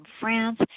France